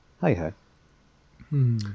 Hey-ho